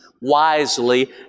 wisely